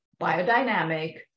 biodynamic